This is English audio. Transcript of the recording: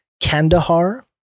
Kandahar